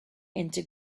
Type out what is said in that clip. into